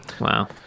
Wow